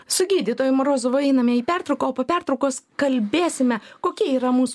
su gydytoju morozovu einame į pertrauką o po pertraukos kalbėsime kokia yra mūsų